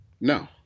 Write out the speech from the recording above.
No